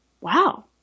wow